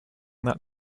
that